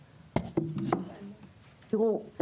תראו,